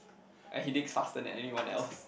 and he digs faster than anyone else